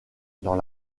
dans